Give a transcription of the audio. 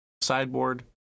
Sideboard